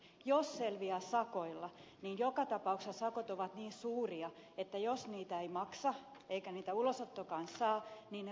jos selviää sakoilla niin joka tapauksessa sakot ovat niin suuria että jos niitä ei maksa eikä niitä ulosottokaan saa niin ne muunnetaan